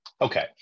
okay